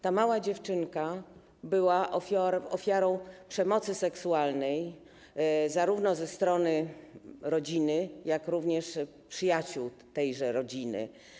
Ta mała dziewczynka była ofiarą przemocy seksualnej zarówno ze strony rodziny, jak i ze strony przyjaciół tejże rodziny.